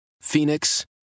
Phoenix